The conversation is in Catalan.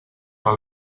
per